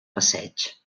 passeig